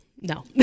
No